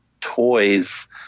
toys